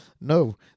No